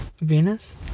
Venus